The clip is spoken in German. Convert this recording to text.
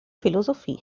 philosophie